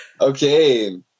okay